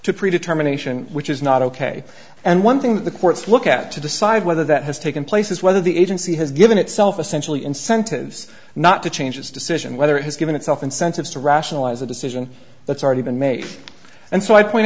to pre determination which is not ok and one thing that the courts look at to decide whether that has taken place is whether the agency has given itself essentially incentives not to change its decision whether it has given itself incentives to rationalize a decision that's already been made and so i point